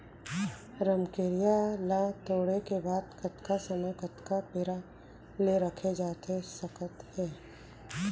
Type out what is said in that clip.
रमकेरिया ला तोड़े के बाद कतका समय कतका बेरा ले रखे जाथे सकत हे?